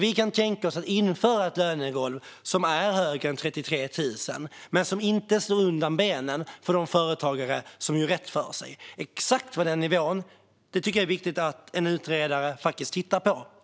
Vi kan tänka oss att införa ett lönegolv som är högre än 33 000 men som inte slår undan benen för de företagare som gör rätt för sig. Den exakta nivån tycker jag att det är viktigt att en utredare i så fall tittar på.